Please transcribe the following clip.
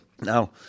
Now